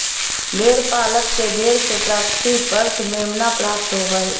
भेड़ पालक के भेड़ से प्रति वर्ष मेमना प्राप्त होबो हइ